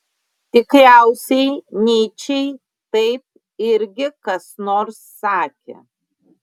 tikriausiai nyčei taip irgi kas nors sakė